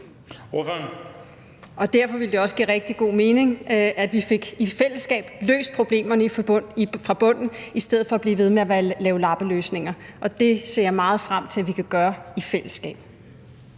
Derfor ville det også give rigtig god mening, at vi i fællesskab fik løst problemerne fra bunden i stedet for at blive ved med at lave lappeløsninger. Og det ser jeg meget frem til at vi kan gøre i fællesskab.